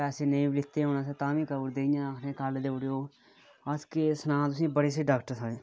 पैसे नेईं बी लेते दे होन तां आखदे कोई नीं कल्ल देउड़यो अस केह् सुनां तुसैं गी बड़े स्हेई डाक्टर न साढ़े